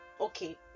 okay